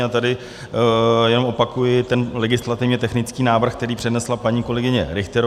A tady jenom opakuji legislativně technický návrh, který přednesla paní kolegyně Richterová.